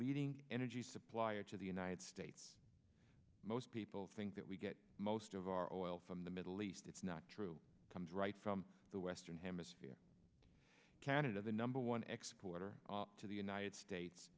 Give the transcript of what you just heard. leading energy supplier to the united states most people think that we get most of our oil from the middle east it's not true comes right from the western hemisphere canada the number one export are to the united states